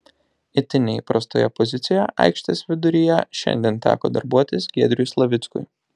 itin neįprastoje pozicijoje aikštės viduryje šiandien teko darbuotis giedriui slavickui